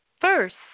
first